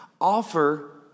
Offer